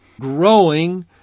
growing